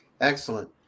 excellent